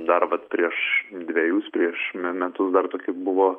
darbas prieš dvejus prieš me metus dar tokie buvo